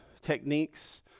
techniques